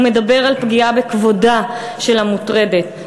הוא מדבר על פגיעה בכבודה של המוטרדת,